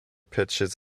pitches